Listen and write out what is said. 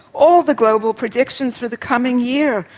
all the global predictions for the coming year,